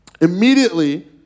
Immediately